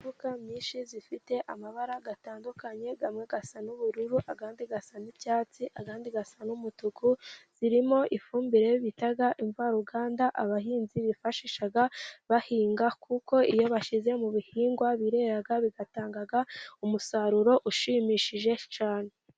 Imboga nyinshi zifite amabara atandukanye, amwe asa n'ubururu andi asa n'icyatsi andi asa n'umutuku, zirimo ifumbire bita imvaruganda, abahinzi bifashisha bahinga, kuko iyo bashize mubihingwa birera, bigatanga umusaruro ushimishije cyane.